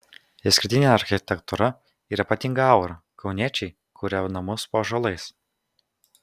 išskirtinė architektūra ir ypatinga aura kauniečiai kuria namus po ąžuolais